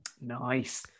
Nice